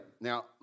Now